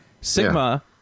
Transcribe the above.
Sigma